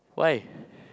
why